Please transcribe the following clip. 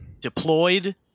deployed